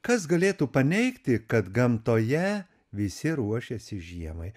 kas galėtų paneigti kad gamtoje visi ruošiasi žiemai